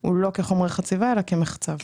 הוא לא כחומרי חציבה אלא כמחצב.